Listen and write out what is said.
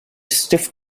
stiff